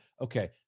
okay